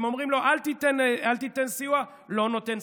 הם אומרים לו: אל תיתן סיוע, לא נותן סיוע.